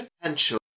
potential